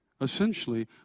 essentially